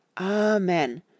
Amen